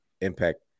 Impact